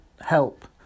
help